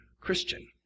Christian